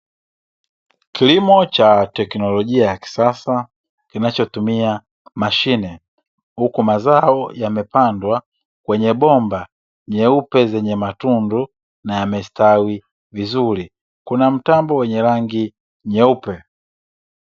Kilimo cha teknolojia ya kisasa kinachotumia mashine huku mazao yamepandwa kwenye bomba nyeupe zenye matundu na yamestawi vizuri, kuna mtambo wenye rangi nyeupe.